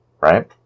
right